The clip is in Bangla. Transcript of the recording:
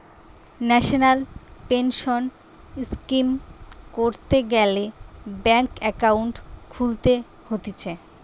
ন্যাশনাল পেনসন স্কিম করতে গ্যালে ব্যাঙ্ক একাউন্ট খুলতে হতিছে